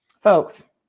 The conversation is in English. Folks